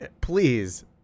please